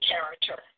character